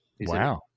Wow